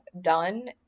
done